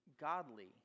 godly